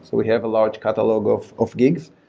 so we have a large catalog of of gigs.